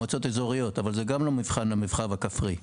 מועצות אזורית אבל זה גם מבחן למרחב הכפרי.